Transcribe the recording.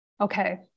Okay